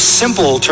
simple